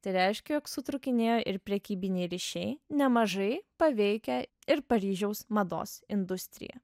tai reiškia jog sutrūkinėjo ir prekybiniai ryšiai nemažai paveikę ir paryžiaus mados industriją